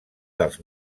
dels